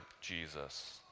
Jesus